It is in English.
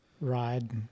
ride